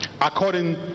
according